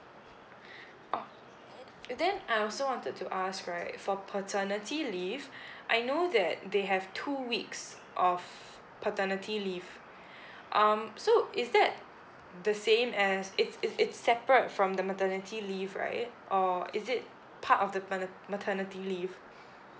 oh then I also wanted to ask right for paternity leave I know that they have two weeks of paternity leave um so is that the same as it's it's it's separate from the maternity leave right or is it part of the mater~ maternity leave